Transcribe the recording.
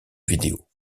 vidéo